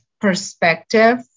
perspective